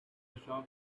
shop